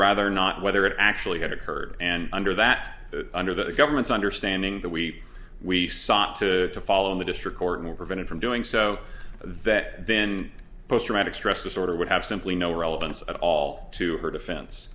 rather not whether it actually had occurred and under that under the government's understanding that we we sought to follow in the district court and were prevented from doing so that then post traumatic stress disorder would have simply no relevance at all to her defen